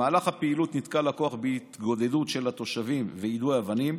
במהלך הפעילות נתקל הכוח בהתגודדות של התושבים ויידוי אבנים,